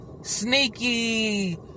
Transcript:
Sneaky